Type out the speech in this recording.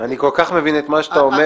אני כל כך מבין את מה שאתה אומר.